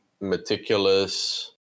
meticulous